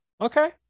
okay